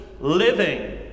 living